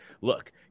look –